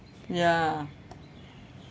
ya